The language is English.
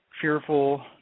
fearful